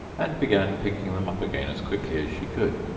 and began picking them up again as quickly as she could,